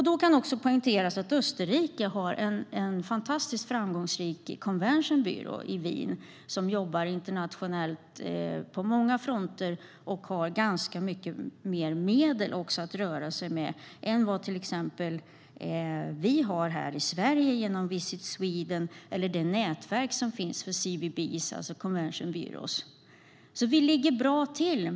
Det ska poängteras att Österrike har en mycket framgångsrik convention bureau i Wien, som jobbar internationellt på många fronter och har ganska mycket mer medel att röra sig med än vi här i Sverige har genom till exempel Visit Sweden eller det nätverk som finns för CB:er, alltså convention bureaus. Vi ligger bra till.